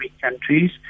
countries